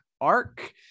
arc